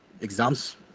exams